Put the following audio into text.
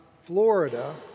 Florida